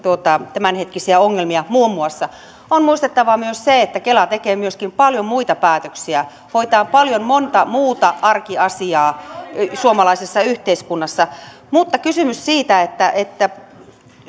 tämänhetkisiä ongelmia muun muassa on muistettava myös se että kela tekee myöskin paljon muita päätöksiä hoitaa paljon monta muuta arkiasiaa suomalaisessa yhteiskunnassa mutta kysymys siitä että että